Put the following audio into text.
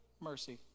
Mercy